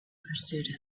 pursuit